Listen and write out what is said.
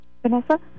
Vanessa